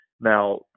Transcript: Now